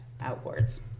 outwards